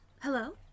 Hello